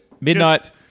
Midnight